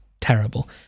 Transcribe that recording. terrible